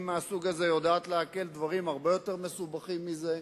מהסוג הזה יודעת לעכל דברים הרבה יותר מסובכים מזה.